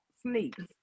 sneaks